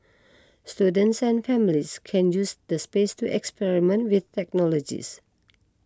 students and families can use the space to experiment with technologies